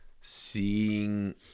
seeing